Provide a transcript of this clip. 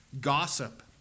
gossip